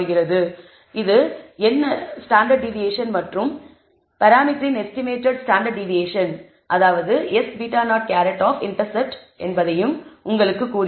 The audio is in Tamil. மேலும் இது இது என்ன ஸ்டாண்டர்டு டிவியேஷன் மற்றும் பராமீட்டரின் எஸ்டிமேடட் ஸ்டாண்டர்டு டிவியேஷன் அதாவது S β̂₀ ஆப் இன்டர்செப்ட் என்பதையும் இது உங்களுக்குக் கூறுகிறது